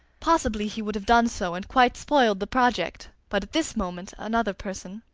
possibly he would have done so and quite spoiled the project, but at this moment another person,